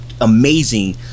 amazing